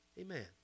Amen